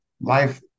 life